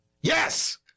Yes